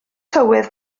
tywydd